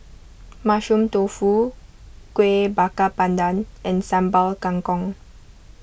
Mushroom Tofu Kuih Bakar Pandan and Sambal Kangkong